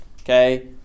okay